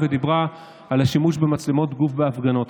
ודיברה על השימוש במצלמות גוף בהפגנות.